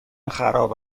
خراب